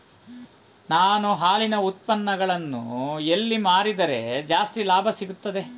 ನಾನು ಹಾಲಿನ ಉತ್ಪನ್ನಗಳನ್ನು ಎಲ್ಲಿ ಮಾರಿದರೆ ಜಾಸ್ತಿ ಲಾಭ ಸಿಗುತ್ತದೆ?